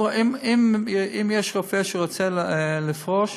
אם יש רופא שרוצה לפרוש,